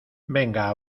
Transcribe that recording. venga